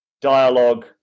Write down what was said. dialogue